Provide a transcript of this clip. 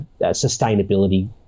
sustainability